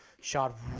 shot